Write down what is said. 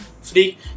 freak